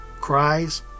Cries